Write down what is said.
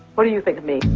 what do you think of me?